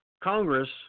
Congress—